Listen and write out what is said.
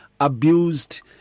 abused